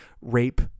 Rape